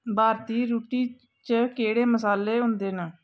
भारती रुट्टी च केह्ड़े मसाले होंदे न